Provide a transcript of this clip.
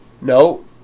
No